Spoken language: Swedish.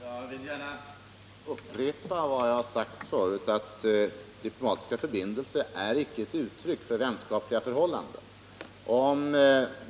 Herr talman! Jag vill gärna upprepa vad jag har sagt förut, nämligen att diplomatiska förbindelser är icke ett uttryck för vänskapliga förhållanden. Om